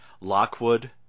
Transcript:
lockwood